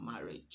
marriage